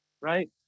right